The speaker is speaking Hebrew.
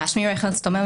שמי רחל סטומל,